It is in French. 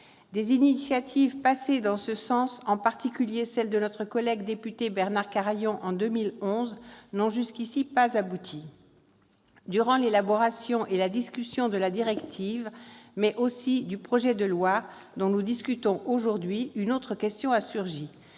Des initiatives prises par le passé dans ce sens, en particulier celle de notre collègue député Bernard Carayon en 2011, n'ont jusqu'ici pas abouti. Durant l'élaboration et la discussion de la directive et de la proposition de loi dont nous discutons aujourd'hui, une autre question a surgi,